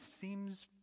seems